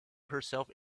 herself